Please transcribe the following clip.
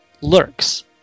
Lurks